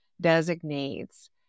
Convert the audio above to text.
designates